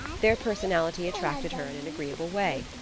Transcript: their personality attracted her in an agreeable way.